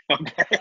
Okay